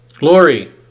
Lori